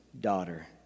daughter